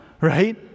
Right